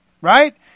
Right